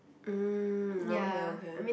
mm okay okay